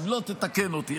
אם לא, תתקן אותי.